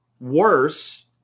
worse